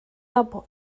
arbres